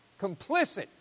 complicit